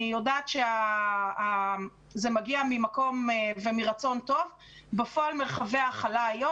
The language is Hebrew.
אני יודעת שזה מגיע ממקום טוב ומרצון טוב אבל בפועל מרחבי ההכלה היום